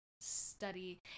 Study